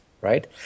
right